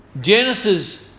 Genesis